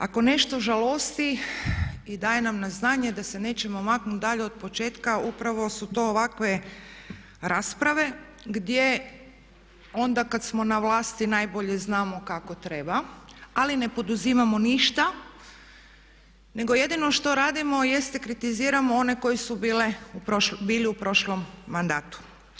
Ako nešto žalosti i daje nam na znanje da se nećemo maknuti dalje od početka upravo su to ovakve rasprave gdje onda kad smo na vlasti najbolje znamo kako treba ali ne poduzimamo ništa nego jedino što radimo jeste kritiziramo one koji su bili u prošlom mandatu.